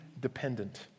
dependent